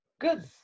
Good